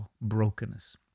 brokenness